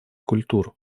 культур